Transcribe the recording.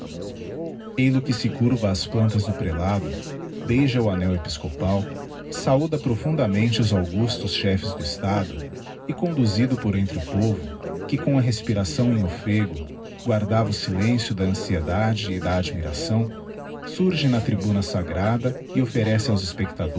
eil-o que se curva ás digiti zedby google plantas do prelado beija o annel episcopal saúda profundamente os augustos chefes do estado e conduzido por entre o povo que com a respiração emofleego guardava o silencio da anciedade e da adimiração surge na tribuna sagrada e offerece aos